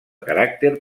caràcter